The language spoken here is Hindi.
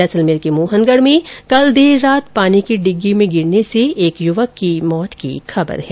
जैसलमेर के मोहनगढ में कल देर रात पानी की डिग्गी में गिरने से एक युवक की मृत्यु की खबर है